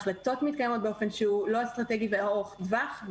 החלטות מתקבלות באופן לא אסטרטגי ולא ארוך טווח.